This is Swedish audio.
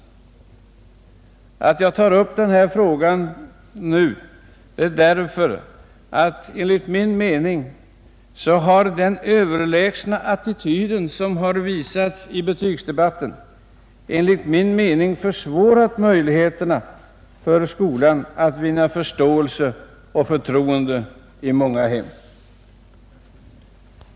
Anledningen till att jag nu tar upp den frågan är att enligt min mening har den överlägsna attityd som visats i betygsdebatten försvårat möjligheterna för skolan att vinna förståelse och förtroende i många hem.